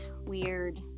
weird